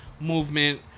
movement